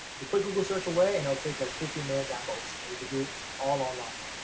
it's a quick google search away, and it'll take like fifteen minutes at most, and you could do it all online.